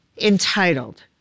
Entitled